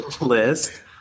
list